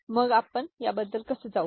तर मग आपण याबद्दल कसे जाऊ